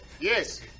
Yes